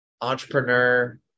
entrepreneur